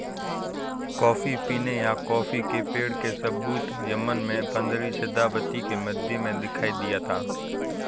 coffee पीने या coffee के पेड़ के सबूत यमन में पंद्रहवी शताब्दी के मध्य में दिखाई दिया था